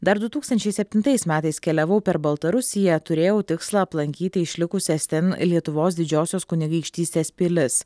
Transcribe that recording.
dar du tūkstančiai septintais metais keliavau per baltarusiją turėjau tikslą aplankyti išlikusias ten lietuvos didžiosios kunigaikštystės pilis